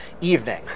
evening